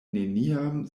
neniam